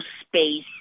space